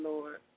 Lord